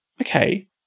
okay